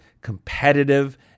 competitive